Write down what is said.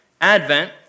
Advent